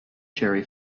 cherry